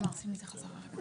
אמרו שמדברים עניינית ומקצועית.